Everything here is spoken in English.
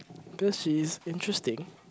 because she is interesting